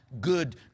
good